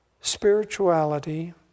Spirituality